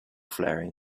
flaring